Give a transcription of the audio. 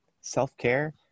self-care